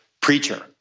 preacher